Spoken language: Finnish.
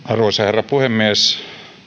arvoisa herra puhemies